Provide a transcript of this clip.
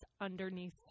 underneath